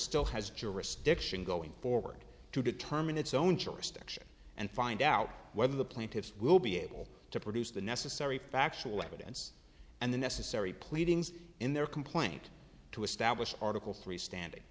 still has jurisdiction going forward to determine its own choice direction and find out whether the plaintiffs will be able to produce the necessary factual evidence and the necessary pleadings in their complaint to establish article three standing